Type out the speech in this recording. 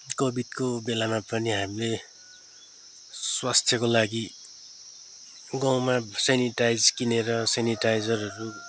कोविडको बेलामा पनि हामीले स्वास्थ्यको लागि गाउँमा सेनिटाइज किनेर सेनिटाइजरहरू